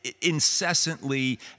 incessantly